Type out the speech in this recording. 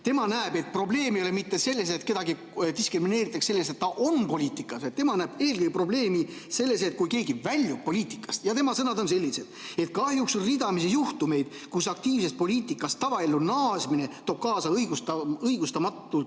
tema näeb, et probleem ei ole mitte selles, et kedagi diskrimineeritakse selle eest, et ta on poliitikas, tema näeb eelkõige probleemi selles, kui keegi väljub poliitikast. Ja tema sõnad on sellised, et kahjuks on ridamisi juhtumeid, kus aktiivsest poliitikast tavaellu naasmine toob kaasa õigustamatut